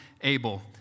Abel